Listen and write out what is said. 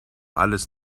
alles